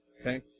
Okay